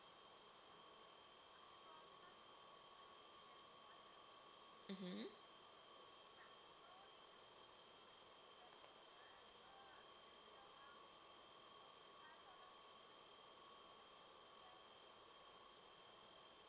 mmhmm